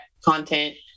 Content